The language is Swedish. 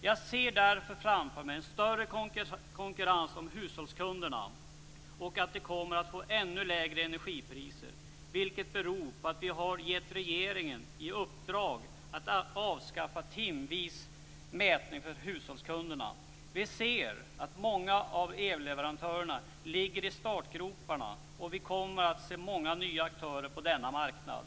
Jag ser därför framför mig större konkurrens om hushållskunderna, och att de kommer att få ännu lägre energipriser, vilket beror på att vi har gett regeringen i uppdrag att avskaffa timvis mätning för hushållskunderna. Vi ser att många av elleverantörerna ligger i startgroparna, och vi kommer att se många nya aktörer på denna marknad.